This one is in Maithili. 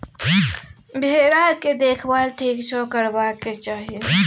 भेराक देखभाल ठीक सँ करबाक चाही